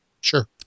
Sure